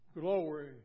Glory